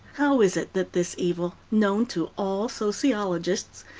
how is it that this evil, known to all sociologists,